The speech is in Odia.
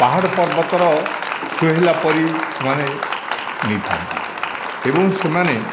ପାହାଡ଼ ପର୍ବତର ସୁହେଇଲା ପରି ସେମାନେ ନେଇଥାନ୍ତି ଏବଂ ସେମାନେ